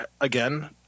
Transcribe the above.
again